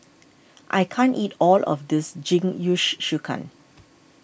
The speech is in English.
I can't eat all of this Jingisukan